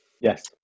Yes